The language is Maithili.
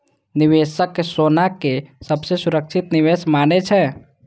निवेशक सोना कें सबसं सुरक्षित निवेश मानै छै